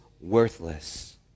worthless